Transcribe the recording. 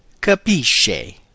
capisce